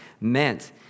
meant